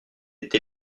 été